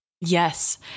Yes